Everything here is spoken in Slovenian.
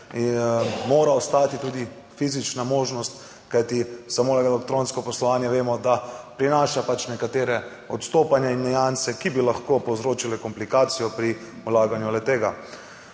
da mora ostati tudi fizična možnost. Kajti samo elektronsko poslovanje vemo, da prinaša pač nekatera odstopanja in nianse, ki bi lahko povzročili komplikacijo pri vlaganju le-tega.